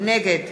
נגד